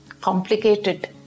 complicated